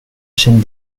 chaîne